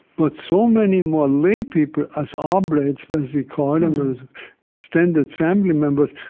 but so many more lay people as oblates, but as we call them, as extended family members,